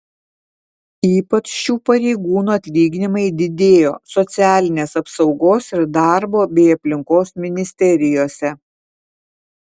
ypač šių pareigūnų atlyginimai didėjo socialinės apsaugos ir darbo bei aplinkos ministerijose